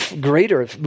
Greater